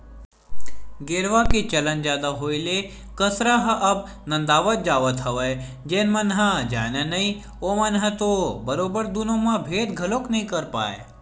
गेरवा के चलन जादा होय ले कांसरा ह अब नंदावत जावत हवय जेन मन ह जानय नइ ओमन ह तो बरोबर दुनो म भेंद घलोक नइ कर पाय